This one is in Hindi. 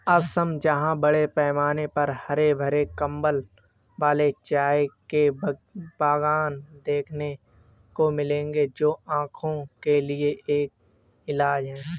असम जहां बड़े पैमाने पर हरे भरे कंबल वाले चाय के बागान देखने को मिलेंगे जो आंखों के लिए एक इलाज है